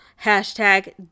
Hashtag